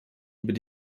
über